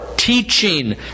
teaching